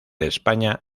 españa